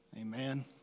amen